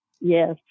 Yes